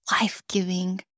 life-giving